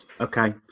Okay